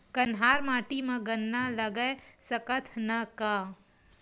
कन्हार माटी म गन्ना लगय सकथ न का?